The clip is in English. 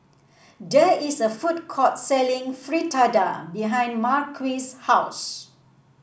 there is a food court selling Fritada behind Marquis' house